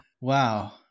wow